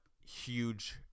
huge